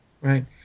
Right